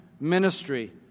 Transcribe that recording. ministry